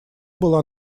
была